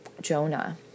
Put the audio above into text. Jonah